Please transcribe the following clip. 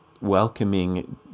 welcoming